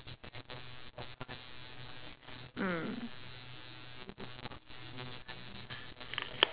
mm